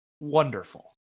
wonderful